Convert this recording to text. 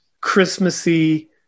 Christmassy